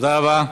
תודה רבה.